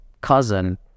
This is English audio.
cousin